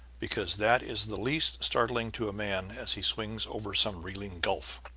because that is the least startling to a man as he swings over some reeling gulf.